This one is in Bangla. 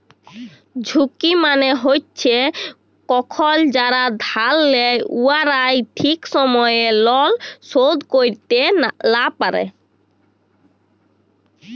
ঝুঁকি মালে হছে কখল যারা ধার লেই উয়ারা ঠিক সময়ে লল শোধ ক্যইরতে লা পারে